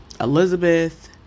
Elizabeth